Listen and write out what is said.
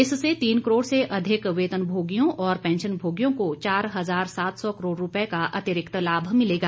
इससे तीन करोड़ से अधिक वेतनभोगियों और पेंश्नभोगियों को चार हजार सात सौ करोड़ रूपये का अतिरिक्त लाभ होगा